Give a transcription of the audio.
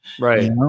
Right